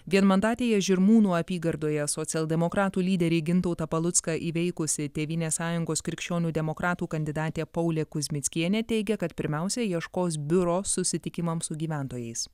vienmandatėje žirmūnų apygardoje socialdemokratų lyderį gintautą palucką įveikusi tėvynės sąjungos krikščionių demokratų kandidatė paulė kuzmickienė teigia kad pirmiausia ieškos biuro susitikimam su gyventojais